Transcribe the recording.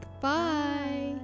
bye